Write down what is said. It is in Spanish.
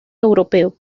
europeo